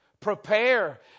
Prepare